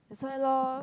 that's why lor